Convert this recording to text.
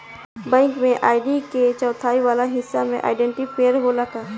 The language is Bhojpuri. बैंक में आई.डी के चौथाई वाला हिस्सा में आइडेंटिफैएर होला का?